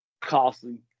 costly